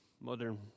modern